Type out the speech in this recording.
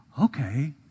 okay